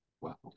wow